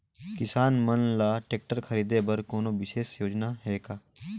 किसान मन ल ट्रैक्टर खरीदे बर कोनो विशेष योजना हे का?